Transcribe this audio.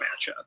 matchup